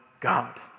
God